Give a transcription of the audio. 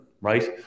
right